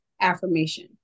affirmation